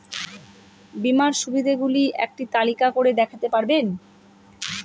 বীমার সুবিধে গুলি একটি তালিকা করে দেখাতে পারবেন?